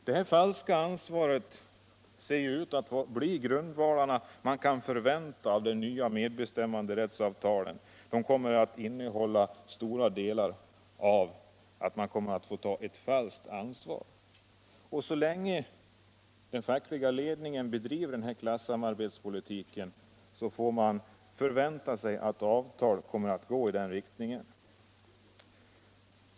Detta falska ansvar ser ut att bli en av grundvalarna för det nya medbestämmanderättsavtalet, som i stora delar innebär detta falska ansvar. Så länge den fackliga ledningen bedriver denna klassamarbetspolitik kommer förväntningarna på avtalet att gå i den riktningen.